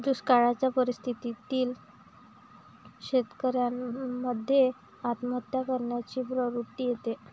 दुष्काळयाच्या परिस्थितीत शेतकऱ्यान मध्ये आत्महत्या करण्याची प्रवृत्ति येते